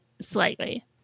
slightly